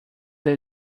that